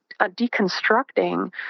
deconstructing